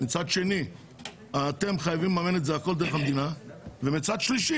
מצד שני אתם חייבים לממן הכול דרך המדינה ומצד שלישי